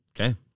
Okay